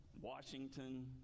Washington